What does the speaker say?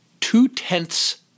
two-tenths